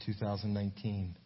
2019